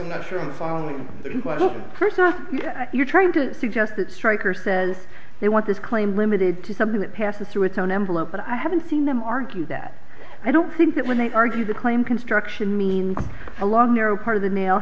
i'm not sure i'm following what the person you're trying to suggest that stryker says they want this claim limited to something that passes through its own envelope but i haven't seen them argue that i don't think that when they argue the claim construction means a long narrow part of the male